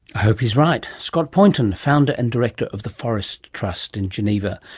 hope he's right. scott poynton, founder and director of the forest trust in geneva.